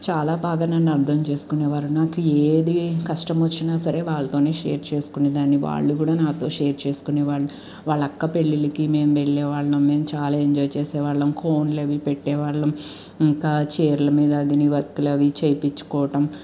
చాలా బాగా నన్ను అర్థం చేసుకునే వారు నాకు ఏ కష్టం వచ్చినా సరే వాళ్ళతోనే షేర్ చేసుకునే దాన్ని వాళ్ళు కూడా నాతో షేర్ చేసుకునే వాళ్ళ వాళ్ళ అక్క పెళ్లిళ్లకి మేము వెళ్లే వాళ్ళం మేము చాలా ఎంజాయ్ చేసేవాళ్ళం కోన్లు అవి కూడా పెట్టే వాళ్ళం ఇంకా చీరల మీద దీని వర్కులు అవి చేపించుకోవడం